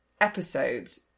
episodes